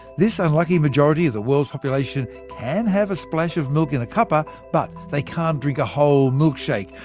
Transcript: this unlucky majority of the world's population can have a splash of milk in a cuppa, but they can't drink a whole milkshake,